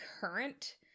current